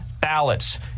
ballots